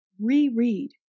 reread